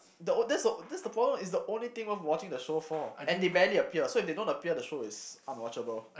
the o~ that's the that's the problem it's the only thing worth watching the show for and they barely appear so if they don't appear the show is unwatchable